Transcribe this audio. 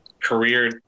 career